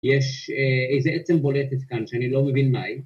יש איזה עצם בולטת כאן שאני לא מבין מה היא